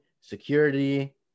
security